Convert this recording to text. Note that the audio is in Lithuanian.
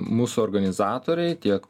mūsų organizatoriai tiek